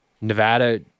Nevada